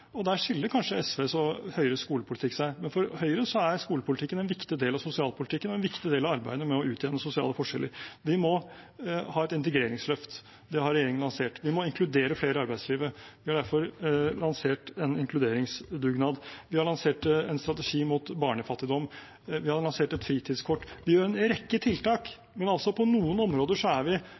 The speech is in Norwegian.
skiller kanskje SVs og Høyres skolepolitikk. For Høyre er skolepolitikken en viktig del av sosialpolitikken og en viktig del av arbeidet med å utjevne sosiale forskjeller. Vi må ha et integreringsløft. Det har regjeringen lansert. Vi må inkludere flere i arbeidslivet. Vi har derfor lansert en inkluderingsdugnad. Vi har lansert en strategi mot barnefattigdom. Vi har lansert et fritidskort. Vi gjør en rekke tiltak. På noen områder er vi